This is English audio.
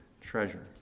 treasure